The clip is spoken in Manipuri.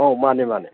ꯑꯧ ꯃꯥꯅꯦ ꯃꯥꯅꯦ